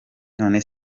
none